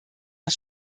das